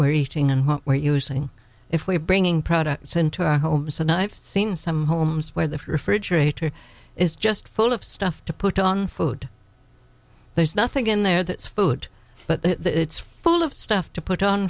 ere eating and where using if we're bringing products into our homes and i've seen some homes where the refrigerator is just full of stuff to put on food there's nothing in there that's food but the it's full of stuff to put on